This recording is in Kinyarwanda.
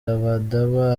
rabadaba